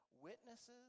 witnesses